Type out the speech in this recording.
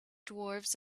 dwarves